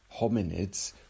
hominids